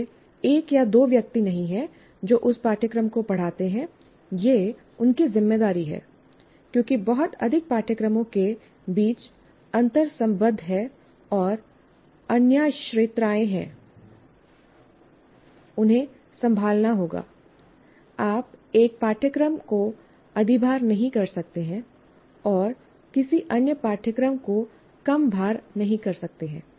यह एक या दो व्यक्ति नहीं हैं जो उस पाठ्यक्रम को पढ़ाते हैं यह उनकी जिम्मेदारी है क्योंकि बहुत अधिक पाठ्यक्रमों के बीच अंतर्संबंध और अन्योन्याश्रयताएं हैं उन्हें संभालना होगा आप एक पाठ्यक्रम को अधिभार नहीं कर सकते हैं और किसी अन्य पाठ्यक्रम को कम भार नहीं कर सकते हैं